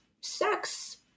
sex